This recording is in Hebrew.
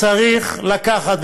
צריך לקחת,